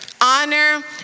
Honor